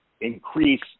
increase